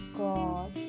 god